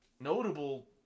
notable